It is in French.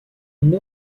une